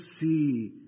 see